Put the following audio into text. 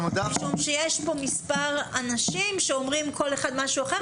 יש כאן מספר אנשים שאומרים כל אחד משהו אחר.